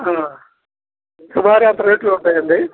సుమారు ఎంత రేట్లు ఉంటాయండి